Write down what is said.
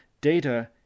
data